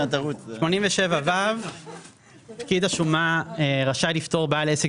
פטור ממקדמות 87ו. פקיד השומה רשאי לפטור בעל עסק